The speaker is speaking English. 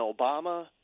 Obama